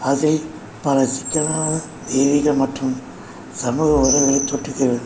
அதில் பல சிக்கலான தெய்வீக மற்றும் சமூக உறவை சுட்டுகிறது